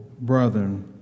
Brethren